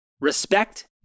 Respect